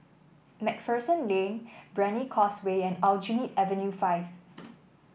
MacPherson Lane Brani Causeway and Aljunied Avenue Five